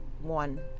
One